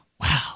Wow